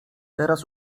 teraz